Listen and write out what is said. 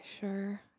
sure